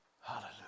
Hallelujah